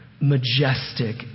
Majestic